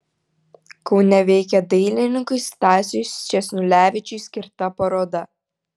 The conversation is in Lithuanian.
kaune veikia dailininkui stasiui sčesnulevičiui skirta paroda